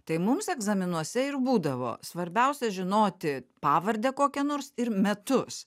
tai mums egzaminuose ir būdavo svarbiausia žinoti pavardę kokią nors ir metus